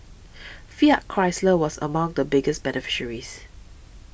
Fiat Chrysler was among the biggest beneficiaries